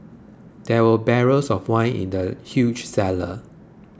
there were barrels of wine in the huge cellar